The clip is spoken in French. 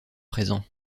présent